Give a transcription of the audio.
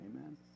Amen